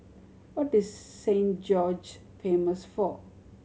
what is Saint George famous for